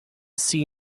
see